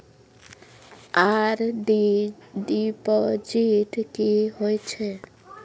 RD deposit की होय छै?